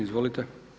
Izvolite.